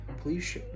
please